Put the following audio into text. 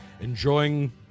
enjoying